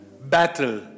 battle